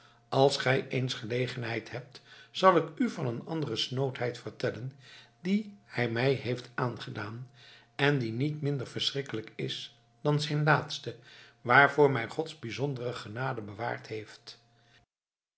als gij eens gelegenheid hebt zal ik u van een andere snoodheid vertellen die hij mij heeft aangedaan en die niet minder verschrikkelijk is dan zijn laatste waarvoor mij gods bijzondere genade bewaard heeft